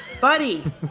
buddy